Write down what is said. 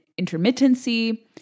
intermittency